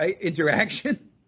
interaction